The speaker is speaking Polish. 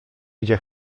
gdzie